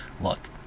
look